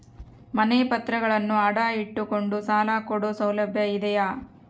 ಮನೆ ಪತ್ರಗಳನ್ನು ಅಡ ಇಟ್ಟು ಕೊಂಡು ಸಾಲ ಕೊಡೋ ಸೌಲಭ್ಯ ಇದಿಯಾ?